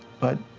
but.